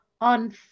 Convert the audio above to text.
on